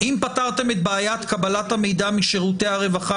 אם פתרתם את בעיית קבלת המידע משירותי הרווחה,